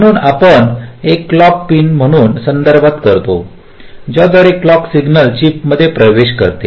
म्हणून आपण एक क्लॉक पिन म्हणून संदर्भित करतो ज्याद्वारे क्लॉक सिग्नल चिपमध्ये प्रवेश करतो